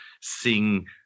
sing